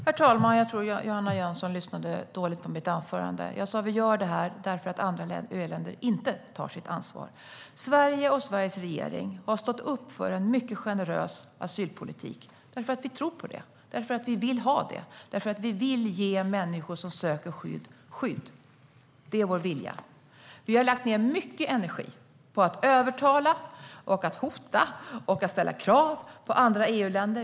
Herr talman! Jag tror att Johanna Jönsson lyssnade dåligt på mitt anförande. Jag sa att vi gör detta därför att andra EU-länder inte tar sitt ansvar. Sverige och Sveriges regering har stått upp för en mycket generös asylpolitik därför att vi tror på det. Vi vill ha det, och vi vill ge skydd åt de människor som söker skydd. Det är vår vilja. Vi har lagt ned mycket energi på att övertala, hota och ställa krav på andra EU-länder.